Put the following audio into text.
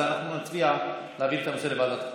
אז נצביע להעביר את הנושא לוועדת החוקה.